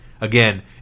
Again